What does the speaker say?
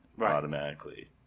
automatically